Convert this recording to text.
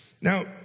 Now